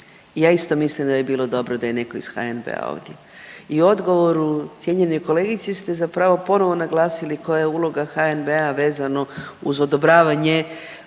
i ja isto mislim da bi bilo dobro da je neko iz HNB-a ovdje. I u odgovoru cijenjenoj kolegici ste zapravo ponovo naglasili koja je uloga HNB-a vezano uz odobravanje